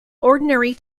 ordinary